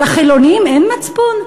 לחילונים אין מצפון?